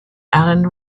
allan